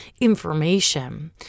information